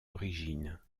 origine